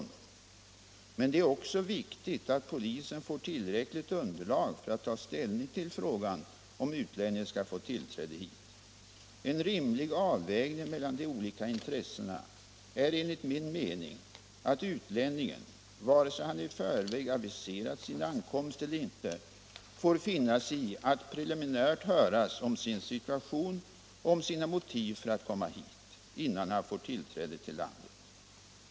Men - Om polisens förhör det är också viktigt att polisen får tillräckligt underlag för att ta ställning — av politiska till frågan om utlänningen skall få tillträde hit. En rimlig avvägning mel = flyktingar lan de olika intressena är enligt min mening att utlänningen — vare sig han i förväg aviserat sin ankomst eller inte — får finna sig i att preliminärt höras om sin situation och om sina motiv för att komma hit, innan han får tillträde till landet.